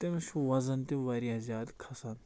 تٔمِس چھُ وَزن تہِ واریاہ زیادٕ کھسان